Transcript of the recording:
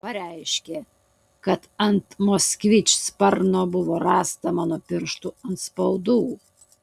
pareiškė kad ant moskvič sparno buvo rasta mano pirštų atspaudų